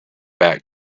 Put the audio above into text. back